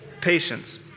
patience